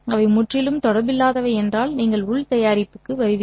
அவை முற்றிலும் தொடர்பில்லாதவை என்றால் நீங்கள் உள் தயாரிப்புக்கு வருவீர்கள்